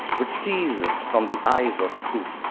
which sees from the eyes of truth,